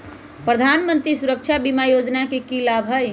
प्रधानमंत्री सुरक्षा बीमा योजना के की लाभ हई?